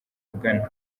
rugana